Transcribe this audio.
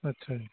ਅੱਛਾ